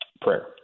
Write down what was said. prayer